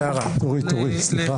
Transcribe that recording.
ארז, תקשיב.